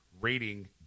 rating